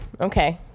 Okay